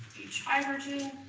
each hydrogen.